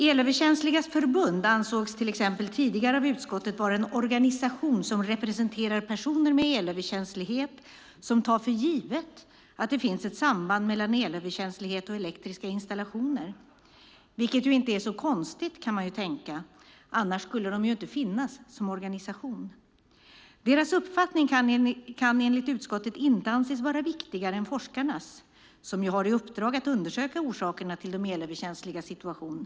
Elöverkänsligas Riksförbund ansågs till exempel tidigare av utskottet vara en organisation som representerar personer med elöverkänslighet som tar för givet att det finns ett samband mellan elöverkänslighet och elektriska installationer, vilket inte är så konstigt, kan man tänka. Annars skulle de ju inte finnas som organisation. Deras uppfattning kan enligt utskottet inte anses vara viktigare än forskarnas, som ju har i uppdrag att undersöka orsakerna till de elöverkänsligas situation.